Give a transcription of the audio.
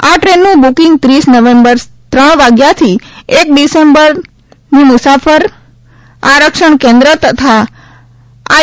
આ ટ્રેનનું બુકીંગ ત્રીસ નવેમ્બર ત્રણ વાગ્યાથી એક ડિસેમ્બરથી મુસાફર આરક્ષણ કેન્દ્ર તથા આઈ